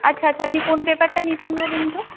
আচ্ছা আচ্ছা আপনি কোন পেপারটা নিতেন বলুন তো